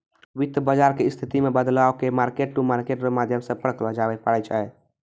वित्त बाजार के स्थिति मे बदलाव के मार्केट टू मार्केट रो माध्यम से परखलो जाबै पारै छै